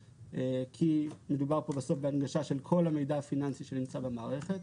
כי מדובר פה בסוף בהנגשה של כל המידע הפיננסי שנמצא במערכת.